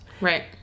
Right